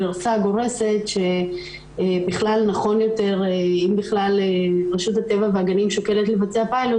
גורסת שאם בכלל רשות הטבע והגנים שוקלת לבצע פיילוט,